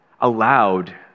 allowed